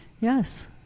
yes